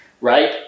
right